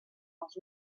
els